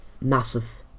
Massive